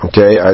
Okay